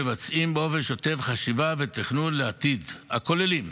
מבצעים באופן שוטף חשיבה ותכנון לעתיד הכוללים: